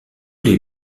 les